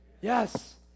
Yes